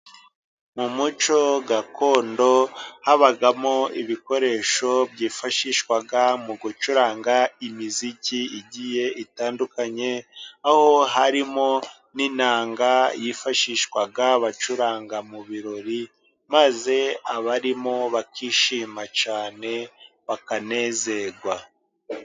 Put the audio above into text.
Mu muco gakondo habagamo ibikoresho byifashishwaga mu gucuranga imiziki igiye itandukanye, aho harimo n'inanga yifashishwaga bacuranga mu birori, maze abarimo bakishima cyane bakanezerwa.